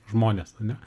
žmonės ar ne